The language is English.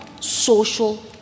social